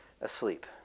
Asleep